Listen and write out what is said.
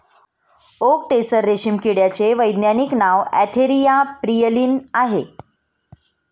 okay tasar रेशीम किड्याचे वैज्ञानिक नाव अँथेरिया प्रियलीन आहे